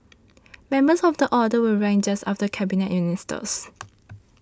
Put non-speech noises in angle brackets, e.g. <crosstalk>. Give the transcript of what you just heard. members of the Order were ranked just after Cabinet Ministers <noise>